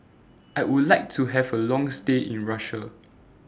I Would like to Have A Long stay in Russia